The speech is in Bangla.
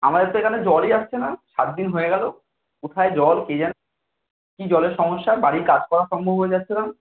আমাদের তো এখানে জলই আসছে না সাত দিন হয়ে গেল কোথায় জল কে জানে কী জলের সমস্যা বাড়ির কাজ করা সম্ভব হয়ে যাচ্ছে না